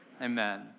Amen